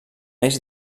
eix